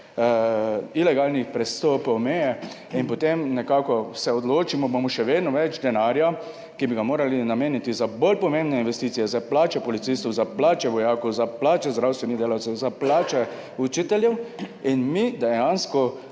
ilegalnih prestopov meje in potem nekako se odločimo, bomo še vedno več denarja, ki bi ga morali nameniti za bolj pomembne investicije, za plače policistov, za plače vojakov, za plače zdravstvenih delavcev, za plače učiteljev in mi dejansko